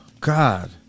God